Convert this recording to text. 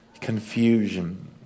confusion